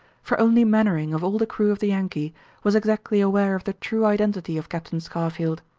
for only mainwaring of all the crew of the yankee was exactly aware of the true identity of captain scarfield.